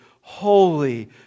holy